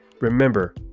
remember